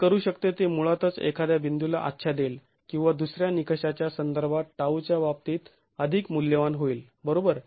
ते करू शकते ते मुळातच एखाद्या बिंदूला आच्छादेल किंवा दुसऱ्या निकषाच्या संदर्भात τ च्या बाबतीत अधिक मूल्यवान होईल बरोबर